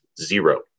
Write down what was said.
zero